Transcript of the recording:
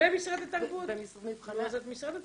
במשרד התרבות, אז את משרד התרבות.